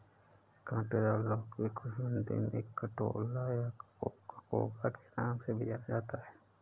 काँटेदार लौकी को हिंदी में कंटोला या ककोड़ा के नाम से भी जाना जाता है